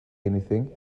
anything